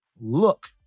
Look